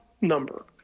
number